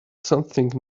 something